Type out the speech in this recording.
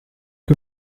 que